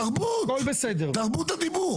תרבות, תרבות הדיבור.